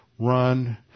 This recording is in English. Run